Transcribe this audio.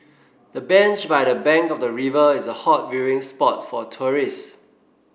the bench by the bank of the river is a hot viewing spot for tourists